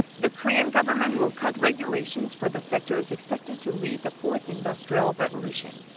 the korean government will cut regulations for the sectors expected to lead the fourth industrial revolution.